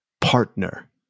partner